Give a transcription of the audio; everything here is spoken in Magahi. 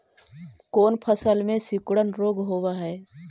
कोन फ़सल में सिकुड़न रोग होब है?